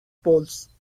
poles